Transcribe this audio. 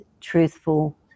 truthful